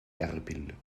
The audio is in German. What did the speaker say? erbil